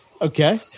Okay